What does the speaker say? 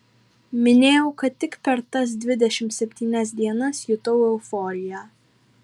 minėjau kad tik per tas dvidešimt septynias dienas jutau euforiją